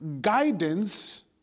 guidance